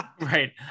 Right